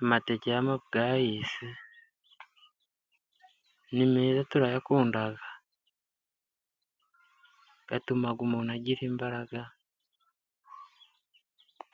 Amateke y'amabwayisi ni meza turayakunda. Atuma umuntu agira imbaraga,